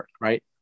right